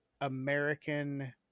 American